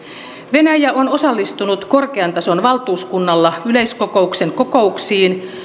venäjä on osallistunut korkean tason valtuuskunnalla yleiskokouksen kokouksiin